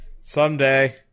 someday